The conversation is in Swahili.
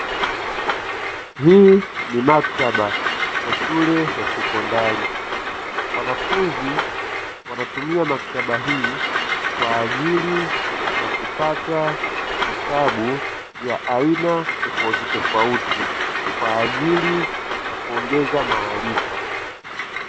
Hii ni maktaba ya shule ya sekondari, wanafunzi wanatumia maktaba hii kwa ajili ya kupata vitabu vya aina tofautitofauti kwa ajili ya kuongeza maarifa.